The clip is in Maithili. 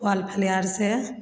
फल फलिहारसँ